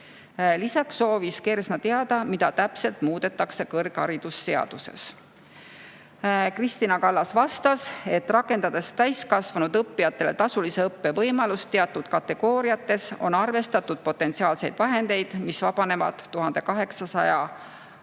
Lisaks soovis Kersna teada, mida täpselt muudetakse kõrgharidusseaduses. Kristina Kallas vastas, et rakendades täiskasvanud õppijatele tasulise õppe võimalust teatud kategooriates, on arvestatud potentsiaalseid vahendeid, mis vabanevad 1800 õppekoha pidamisest.